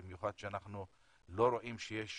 במיוחד שאנחנו לא רואים שיש